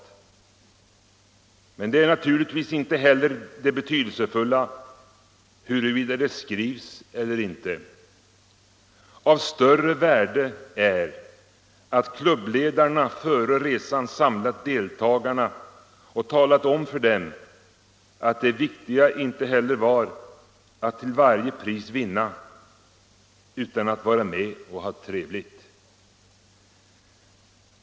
Men det är naturligtvis inte heller det betydelsefulla, huruvida det skrivs eller inte. Av större värde är, att klubbledarna före resan samlat deltagarna och talat om för dem, att det viktiga inte heller var att till varje pris vinna utan att vara med och ha trevligt.